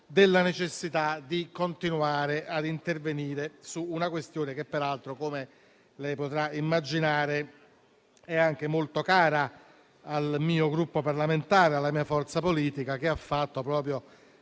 della necessità di continuare a intervenire su tale questione, che peraltro - come lei potrà immaginare - è molto cara al mio Gruppo parlamentare e alla mia forza politica, che ha fatto del